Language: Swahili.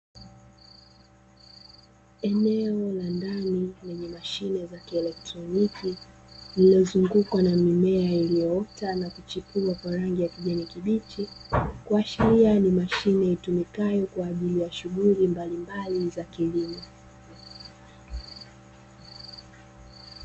Eneo la ndani lenye mashine za kielektroniki zinazozungukwa na mimea iliyoota na kuchipua kwa rangi ya kijani kibichi, kuashiria ni mashine itumikayo kwa ajili ya shughuli mbalimbali za kilimo.